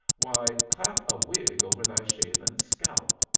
why, clap a wig over thy shaven scalp.